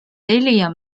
telia